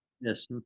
Yes